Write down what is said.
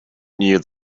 knew